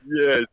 Yes